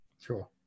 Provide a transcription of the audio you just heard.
Sure